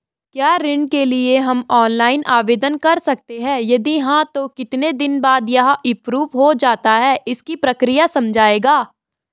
क्या ऋण के लिए हम ऑनलाइन आवेदन कर सकते हैं यदि हाँ तो कितने दिन बाद यह एप्रूव हो जाता है इसकी प्रक्रिया समझाइएगा?